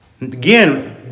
Again